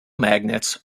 magnets